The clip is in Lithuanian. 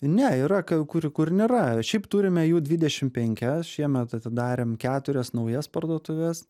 ne yra kai kur kur nėra šiaip turime jų dvidešim penkias šiemet atidarėm keturias naujas parduotuves